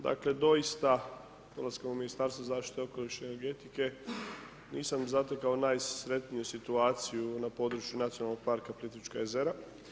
Dakle doista dolaskom u Ministarstvo zaštite okoliša i energetike nisam zatekao najsretniju situaciju na području Nacionalnog parka Plitvička jezera.